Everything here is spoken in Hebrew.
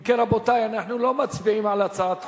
אם כן, רבותי, אנחנו לא מצביעים על הצעת חוק.